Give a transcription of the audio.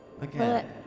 Again